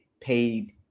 paid